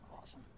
Awesome